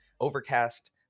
Overcast